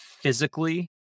physically